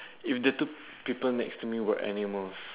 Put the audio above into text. if the two people next to me were animals